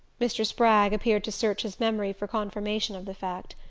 mr. spragg appeared to search his memory for confirmation of the fact.